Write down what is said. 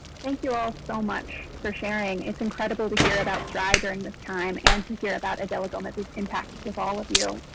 thank you all so much for sharing. it's incredible to hear about stri during this time and to hear about adelea gomez and impact with all of you.